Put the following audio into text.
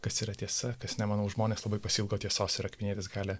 kas yra tiesa kas ne manau žmonės labai pasiilgo tiesos ir akvinietis gali